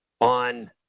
on